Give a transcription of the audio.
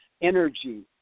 energy